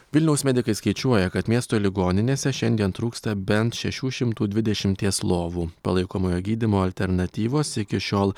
vilniaus medikai skaičiuoja kad miesto ligoninėse šiandien trūksta bent šešių šimtų dvidešimties lovų palaikomojo gydymo alternatyvos iki šiol